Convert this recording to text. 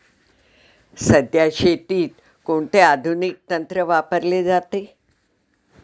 सध्या शेतीत कोणते आधुनिक तंत्र वापरले जाते?